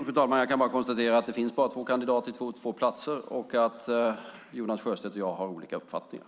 Fru talman! Jag kan bara konstatera att det finns endast två kandidater till två platser. Jonas Sjöstedt och jag har olika uppfattningar.